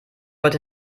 heute